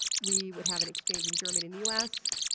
we would have an exchange in germany, in the u s.